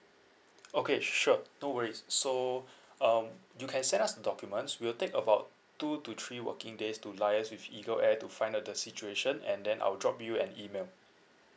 okay sure no worries so um you can send us the documents we'll take about two to three working days to liaise with eagle air to find out the situation and then I'll drop you an email